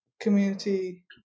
community